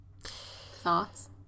thoughts